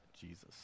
Jesus